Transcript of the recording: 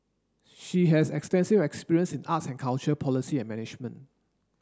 she has extensive experience in arts and culture policy and management